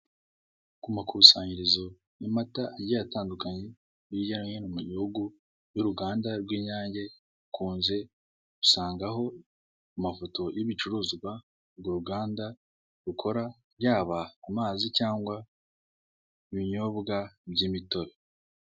Ku makusanyirizo y'amata agiye atandukanye, hirya no hino mu gihugu, y'uruganda rw'Inyange, ukunze gusangaho amafoto y'ibicuruzwa, urwo ruganda rukora yaba amazi cyangwa ibinyobwa by'imitobe.